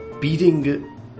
beating